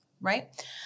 right